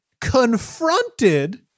confronted